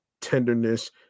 tenderness